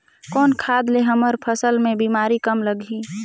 कौन खाद ले हमर फसल मे बीमारी कम लगही?